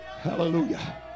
Hallelujah